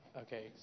Okay